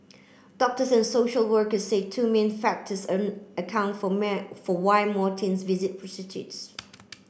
doctors and social workers say two main factors account for man for why more teens visit prostitutes